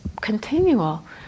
continual